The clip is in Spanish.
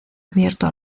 abierto